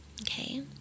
Okay